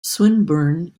swinburne